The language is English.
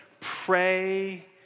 pray